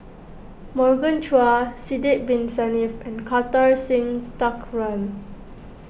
Morgan Chua Sidek Bin Saniff and Kartar Singh Thakral